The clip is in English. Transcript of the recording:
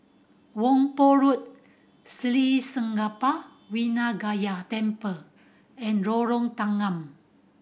Whampoa Road Sri Senpaga Vinayagar Temple and Lorong Tanggam